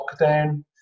lockdown